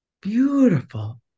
beautiful